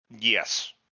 Yes